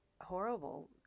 horrible